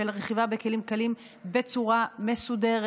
של רכיבה בכלים קלים בצורה מסודרת,